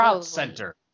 Center